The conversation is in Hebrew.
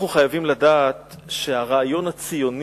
אנחנו חייבים לדעת שהרעיון הציוני,